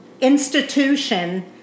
institution